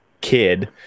kid